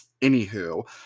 anywho